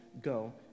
go